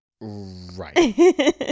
Right